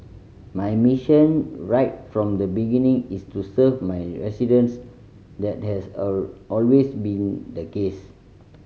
my mission right from the beginning is to serve my residents that has all always been the case